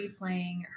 replaying